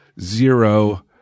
zero